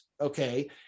okay